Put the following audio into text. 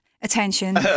attention